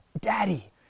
Daddy